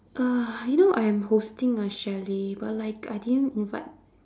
uh you know I am hosting a chalet but like I didn't invite